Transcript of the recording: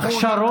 הכשרות,